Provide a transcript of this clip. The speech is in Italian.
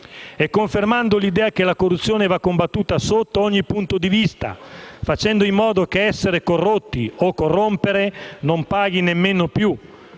E confermando l'idea che la corruzione va combattuta sotto ogni punto vista, facendo in modo che essere corrotti o corrompere non paghi nemmeno più: